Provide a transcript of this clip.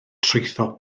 trwytho